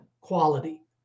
quality